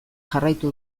jarraitu